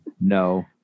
no